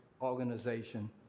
organization